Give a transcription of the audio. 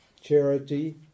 Charity